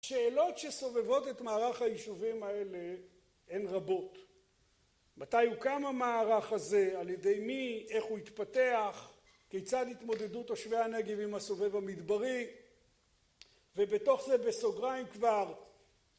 שאלות שסובבות את מערך היישובים האלה הן רבות, מתי הוקם המערך הזה, על ידי מי, איך הוא התפתח, כיצד התמודדו תושבי הנגב עם הסובב המדברי, ובתוך זה בסוגריים כבר